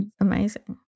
Amazing